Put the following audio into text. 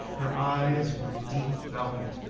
her eyes were deep violet.